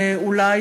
אולי,